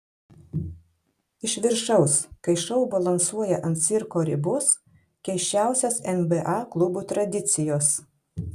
iš viršaus kai šou balansuoja ant cirko ribos keisčiausios nba klubų tradicijos